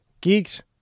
geeks